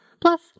Plus